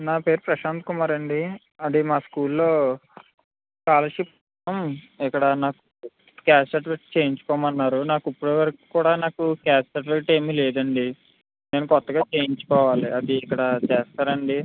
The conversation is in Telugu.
నా పేరు ప్రశాంత్ కుమార్ అండి అది మా స్కూల్లో స్కాలర్షిప్ ఇక్కడ క్యాస్ట్ సర్టిఫికేట్ చేయించుకోమన్నారు నాకు ఇప్పటివరకు కూడా నాకు క్యాస్ట్ సర్టిఫికేట్ ఏమీ లేదండి నేను కొత్తగా చేయించుకోవాలి అది ఇక్కడ చేస్తారా అండి